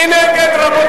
מי נגד?